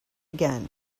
again